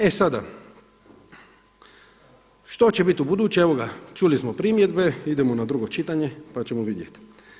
E sada, što će biti ubuduće evo ga čuli smo primjedbe, idemo na drugo čitanje pa ćemo vidjeti.